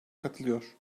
katılıyor